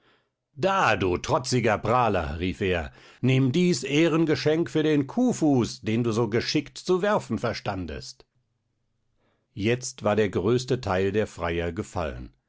da du trotziger prahler rief er nimm dies ehrengeschenk für den kuhfuß den du so geschickt zu werfen verstandest jetzt war der größte teil der freier gefallen